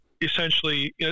essentially